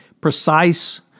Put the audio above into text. precise